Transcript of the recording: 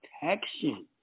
protection